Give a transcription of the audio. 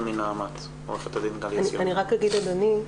אדוני,